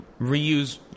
reuse